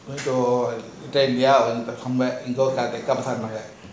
வந்து:vanthu then ya come back go back ya